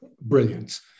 brilliance